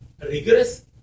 rigorous